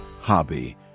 Hobby